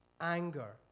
Anger